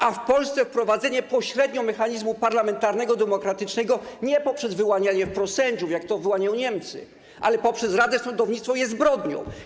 A w Polsce wprowadzenie pośrednio mechanizmu parlamentarnego, demokratycznego, nie poprzez wyłanianie wprost sędziów, jak to wyłaniają Niemcy, ale poprzez radę sądownictwa, jest zbrodnią.